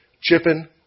Chipping